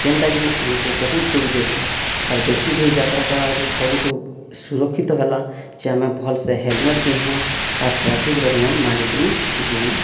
ଯେଉଁଟାକି ଆମକୁ ବହୁତ ଦୁଃଖ ଦେସି ଆର୍ ବେଶି ଦୂର ଯାତ୍ରା କରିବାରକୁ ସବୁଠୁ ସୁରକ୍ଷିତ ହେଲା ଯେ ଆମେ ଭଲସେ ହେଲମେଟ୍ ପିନ୍ଧିବା ଆର୍ ଟ୍ରାଫିକ୍ର ନିୟମ ମାନିକରି ଯିମା